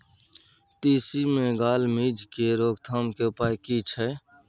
तिसी मे gall midge के रोकथाम के उपाय की छै?